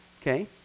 okay